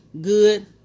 good